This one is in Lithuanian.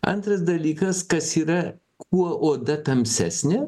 antras dalykas kas yra kuo oda tamsesnė